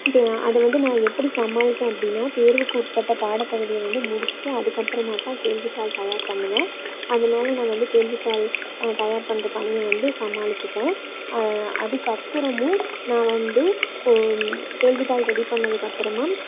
தே அதை வந்து நான் எப்படி சமாளித்தேன் அப்படினா தேர்வுக்கு உட்பட்ட பாடப்பகுதியை வந்து முடித்துட்டு அதுக்கப்புறமா தான் கேள்வித்தாள் தயார்ப் பண்ணுவேன் அதனால் நான் வந்து கேள்வித்தாள் தயார்ப் பண்ணுற பணியை வந்து சமாளித்துட்டேன் அதுக்கப்பறமும் நான் வந்து கோ கேள்வித்தாள் ரெடி பண்ணதுக்கு அப்புறமா